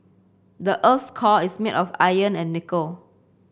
the earth's core is made of iron and nickel